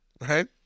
Right